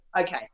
okay